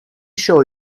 show